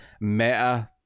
meta